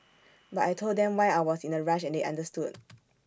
but I Told them why I was in A rush and they understood